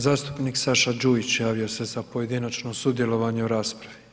Zastupnik Saša Đujić javio se za pojedinačno sudjelovanje u raspravi.